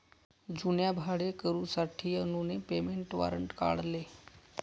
जुन्या भाडेकरूंसाठी अनुने पेमेंट वॉरंट काढले